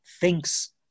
thinks